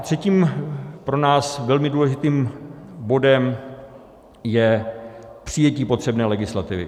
Třetím pro nás velmi důležitým bodem je přijetí potřebné legislativy.